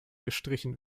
gestrichen